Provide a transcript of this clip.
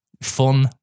Fun